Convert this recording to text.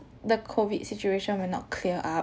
the COVID situation will not clear up